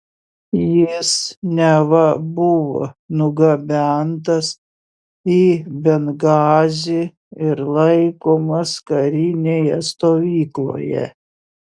jis neva buvo nugabentas į bengazį ir laikomas karinėje stovykloje